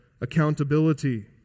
accountability